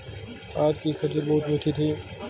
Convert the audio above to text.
आज की खजूर बहुत मीठी थी